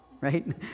right